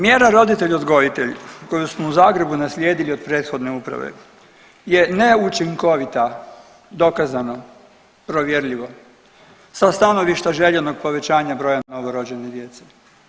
Mjera roditelj odgojitelj koju smo u Zagrebu naslijedili od prethodne uprave je neučinkovita dokazano i provjerljivo sa stanovišta željenog povećanja broja novorođene djece.